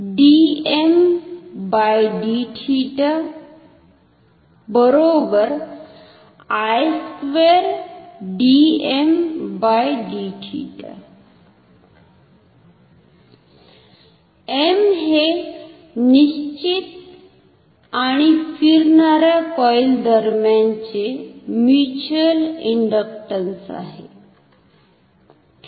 M हे निश्चित आणि फिरणाऱ्या कॉईल दरम्यान चे म्युच्युअल इंडकटन्स आहे